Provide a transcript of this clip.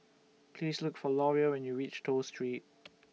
Please Look For Loria when YOU REACH Toh Street